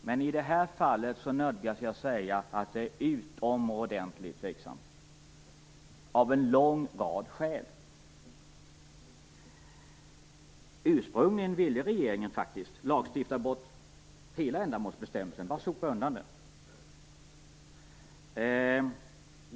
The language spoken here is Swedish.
Men i det här fallet nödgas jag säga att det är utomordentligt tveksamt av en lång rad skäl. Ursprungligen ville regeringen faktiskt lagstifta bort hela ändamålsbestämmelsen; man skulle bara sopa undan den.